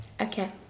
Okay